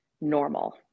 normal